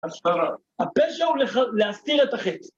הפשע הוא להסתיר את החטא.